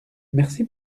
merci